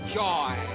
joy